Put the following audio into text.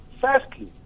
Firstly